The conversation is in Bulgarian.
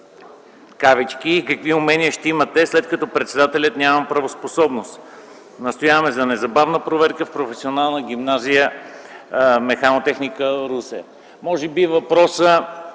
и какви умения ще имат те, след като председателят няма правоспособност? Настояваме за незабавна проверка в Професионална гимназия по механотехника – Русе. Може би на